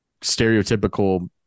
stereotypical